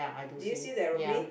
did you see the aeroplane